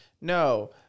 No